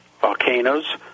volcanoes